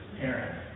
Parents